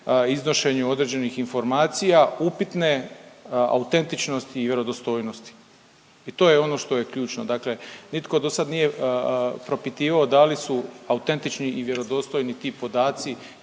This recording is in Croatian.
iznošenju određenih informacija upitne autentičnosti i vjerodostojnosti i to je ono što je ključno. Dakle, nitko dosada nije propitivao da li su autentični i vjerodostojni ti podaci,